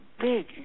big